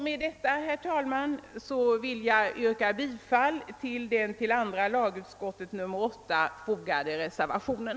Med detta, herr talman, vill jag yrka bifall till den vid andra lagutskottets utlåtande nr 88 fogade reservationen.